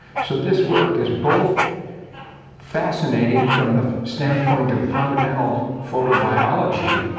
so this work is both fascinating from the standpoint of fundamental photobiology.